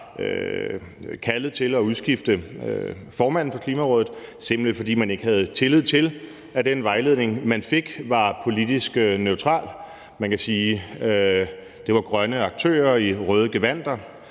kaldet til at udskifte formanden for Klimarådet, simpelt hen fordi man ikke havde tillid til, at den vejledning, man fik, var politisk neutral. Man kan sige, at det var røde aktører i grønne gevandter.